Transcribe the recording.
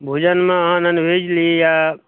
भोजनमे अहाँ नॉनवेज ली या